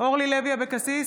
אורלי לוי אבקסיס,